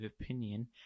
opinion